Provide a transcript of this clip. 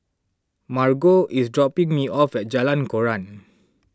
Margot is dropping me off at Jalan Koran